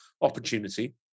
opportunity